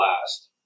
last